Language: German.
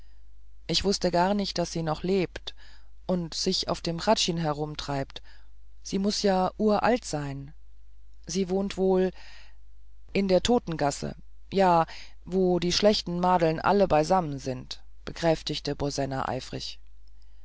ich wußte gar nicht daß sie noch lebt und sich auf dem hradschin herumtreibt sie muß ja uralt sein sie wohnt wohl in der totengasse da wo die schlechten madeln alle beisamm sind bekräftigte boena eifrig